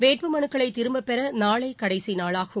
வேட்பு மனுக்களை திரும்பப்பெற நாளை கடைசி நாளாகும்